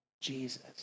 Jesus